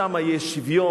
שם יש שוויון,